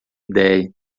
ideia